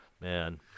man